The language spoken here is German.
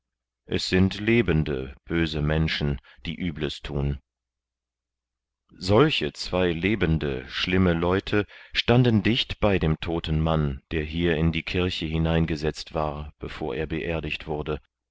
es sind lebende böse menschen die übles thun solche zwei lebende schlimme leute standen dicht bei dem toten mann der hier in die kirche hineingesetzt war bevor er beerdigt wurde